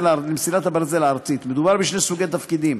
ברזל ארצית: מדובר בשני סוגי תפקידים: